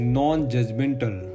non-judgmental